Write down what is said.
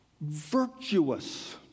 Virtuous